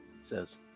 says